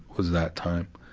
was that time.